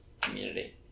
community